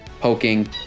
poking